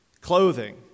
clothing